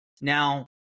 Now